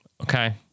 Okay